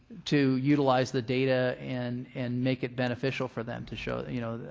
to utilize the data and and make it beneficial for them to show you know,